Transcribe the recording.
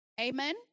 Amen